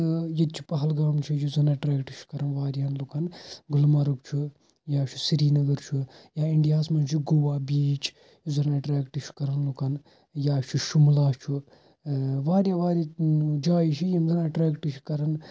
ییٚتہِ چھُ پہلگام چھُ یُس زَن اَیٹریٚکٹہٕ چھُ کَران واریاہَن لُکَن گُلمرگ چھُ یا چھُ سریٖنَگَر چھُ یا اِنڈیاہَس مَنٛز چھُ گووا بیٖچ یُس زَن اَیٹریٚکٹہٕ چھُ کَران لُکَن یا چھُ شملا چھُ واریاہ واریاہ جایہِ چھِ یم زَن اَیٹریٚکٹہٕ چھِ کَران